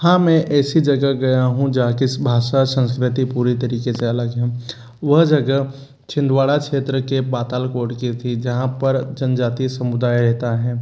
हाँ मैं ऐसी जगह गया हूँ जहाँ की भाषा संस्कृति पूरी तरीके से अलग है वह जगह छिंदवाड़ा क्षेत्र के पातालकोट की थी जहाँ पर जनजाति समुदाय रहता है